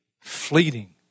fleeting